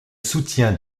soutien